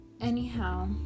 anyhow